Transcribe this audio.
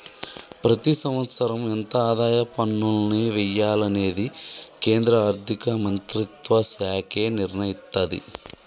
ప్రతి సంవత్సరం ఎంత ఆదాయ పన్నుల్ని వెయ్యాలనేది కేంద్ర ఆర్ధిక మంత్రిత్వ శాఖే నిర్ణయిత్తది